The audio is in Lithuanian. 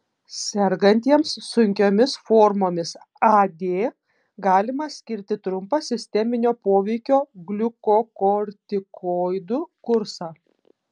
sergantiems sunkiomis formomis ad galima skirti trumpą sisteminio poveikio gliukokortikoidų kursą